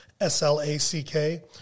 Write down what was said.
S-L-A-C-K